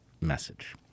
message